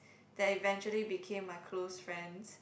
that eventually became my close friends